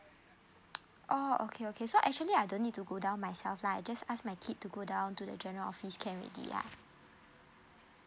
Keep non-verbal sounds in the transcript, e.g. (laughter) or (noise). (noise) oh okay okay so actually I don't need to go down myself lah I just ask my kid to go down to the general office can already ah